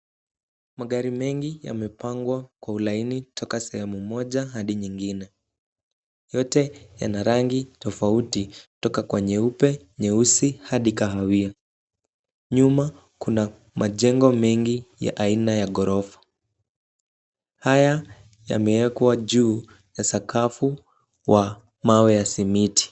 Magari mengi yamepangwa kwa ulaini kutoka sehemu moja hadi nyingine. Yote yana rangi tofauti toka kwa nyeupe, nyeusi hadi kahawia. Nyuma kuna majengo mengi ya aina ya ghorofa. Haya yamewekwa juu ya sakafu wa mawe ya simiti.